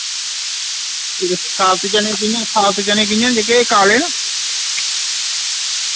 साब्त चने कि'यां साब्त चने कि'यां न जेह्के काले न